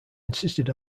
insisted